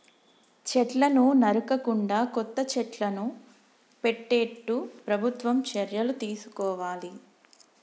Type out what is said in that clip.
చెట్లను నరకకుండా కొత్త చెట్లను పెట్టేట్టు ప్రభుత్వం చర్యలు తీసుకోవాలి